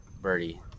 birdie